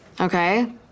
Okay